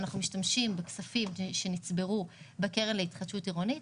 אנחנו משתמשים בכספים שנצברו בקרן להתחדשות עירונית